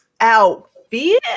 outfit